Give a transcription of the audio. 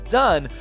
done